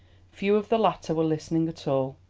few of the latter were listening at all.